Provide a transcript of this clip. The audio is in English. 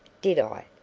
did i?